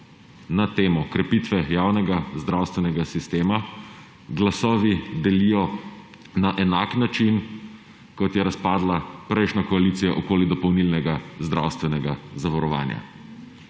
na temo krepitve javnega zdravstvenega sistema glasovi delijo na enak način, kot je razpadla prejšnja koalicija okoli dopolnilnega zdravstvenega zavarovanja.